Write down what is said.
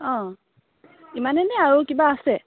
অঁ ইমানেই নে আৰু কিবা আছে